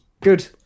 good